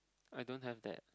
I don't have that